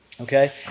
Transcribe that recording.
okay